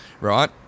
right